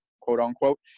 quote-unquote